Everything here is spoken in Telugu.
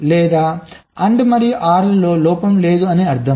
లేదా AND మరియు OR లో లోపం లేదు అని అర్థం